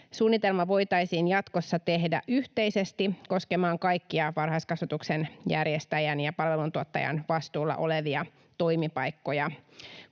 Suunnitelma voitaisiin jatkossa tehdä yhteisesti koskemaan kaikkia varhaiskasvatuksen järjestäjän ja palveluntuottajan vastuulla olevia toimipaikkoja.